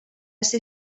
ser